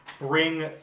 bring